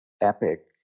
epic